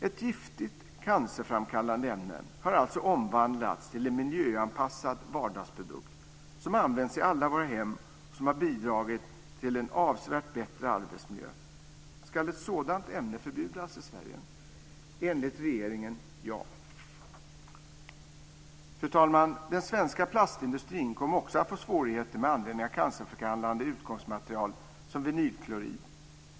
Ett giftigt cancerframkallande ämne har alltså omvandlats till en miljöanpassad vardagsprodukt som används i alla våra hem och som har bidragit till en avsevärt bättre arbetsmiljö. Ska ett sådant ämne förbjudas i Sverige? Enligt regeringen, ja. Fru talman! Den svenska plastindustrin kommer också att få svårigheter med användningen av cancerframkallande utgångsmaterial som vinylklorid.